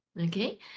Okay